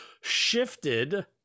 shifted